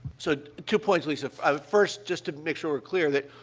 so, two points, lisa first, just to make sure we're clear that,